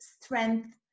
strength